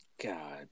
God